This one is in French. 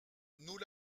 nous